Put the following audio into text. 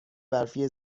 برفی